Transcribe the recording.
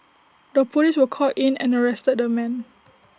the Police were called in and arrested the man